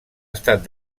estat